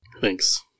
Thanks